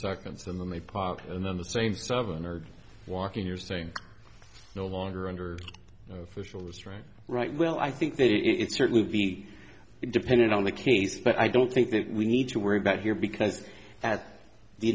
seconds and then they park and then the same seven are walking you're saying no longer under physical restraint right well i think it certainly would be dependent on the case but i don't think that we need to worry about here because at the